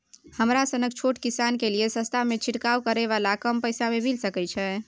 हमरा सनक छोट किसान के लिए सस्ता में छिरकाव करै वाला कम पैसा में मिल सकै छै?